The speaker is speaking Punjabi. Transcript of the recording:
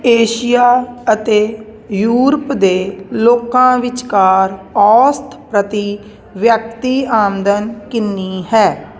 ਏਸ਼ੀਆ ਅਤੇ ਯੂਰਪ ਦੇ ਲੋਕਾਂ ਵਿਚਕਾਰ ਔਸਤ ਪ੍ਰਤੀ ਵਿਅਕਤੀ ਆਮਦਨ ਕਿੰਨੀ ਹੈ